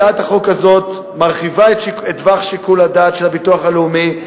הצעת החוק הזאת מרחיבה את טווח שיקול הדעת של הביטוח הלאומי,